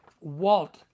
Walt